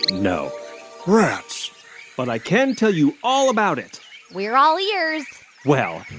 no rats but i can tell you all about it we're all ears well,